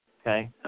okay